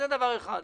זה דבר אחד.